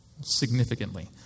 significantly